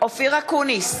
אופיר אקוניס,